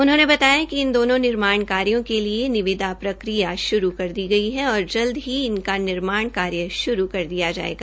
उन्होंने बताया कि इन दोनो निर्माण कार्यो के तहत निविदा प्रकिया शुरू कर दी गई है और जल्द ही इनका निर्माण कार्य शुरू कर दिया जायेगा